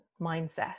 mindset